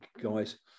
guys